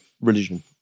religion